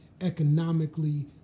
economically